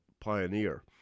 pioneer